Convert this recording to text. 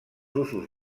usos